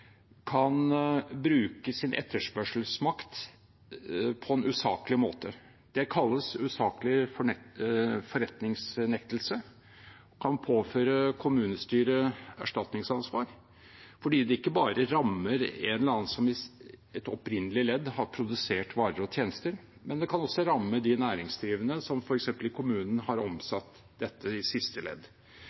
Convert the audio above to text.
kan bruke sin etterspørselsmakt på en usaklig måte. Det kalles «usaklig forretningsnektelse» og kan påføre kommunestyret erstatningsansvar fordi det ikke bare rammer en eller annen som i et opprinnelig ledd har produsert varer og tjenester, men også kan ramme f.eks. de næringsdrivende som i kommunen har omsatt dette i siste ledd.